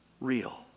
real